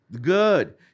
Good